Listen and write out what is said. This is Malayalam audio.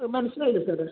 അത് മനസ്സിലായില്ല സാറേ